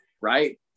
Right